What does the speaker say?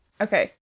Okay